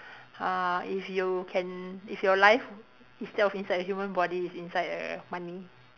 uh if you can if your life instead of inside the human body is inside the money